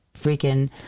freaking